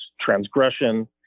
transgression